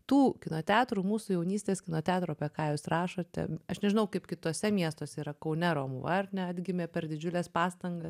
tų kino teatrų mūsų jaunystės kino teatrų apie ką jūs rašote aš nežinau kaip kituose miestuose yra kaune romuva ar ne atgimė per didžiules pastangas